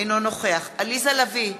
אינו נוכח עליזה לביא,